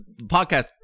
podcast